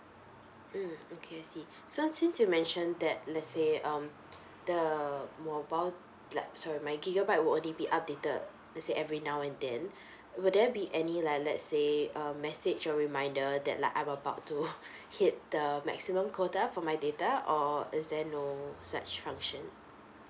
mm okay I see so since you mentioned that let's say um the mobile uh sorry my gigabyte will only be updated let's say every now and then will there be any like let's say a message or reminder that like I'm about to hit the maximum quota for my data or is there no such function